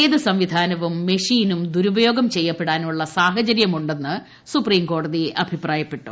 ഏത് സംവിധാനവും മെഷീനും ദൂര്ഭൂപ്യോഗം ചെയ്യപ്പെടാനുള്ള സാഹചര്യമുണ്ടെന്ന് സുപ്രീംക്ട്രോട്ടതി ്അഭിപ്രായപ്പെട്ടു